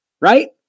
right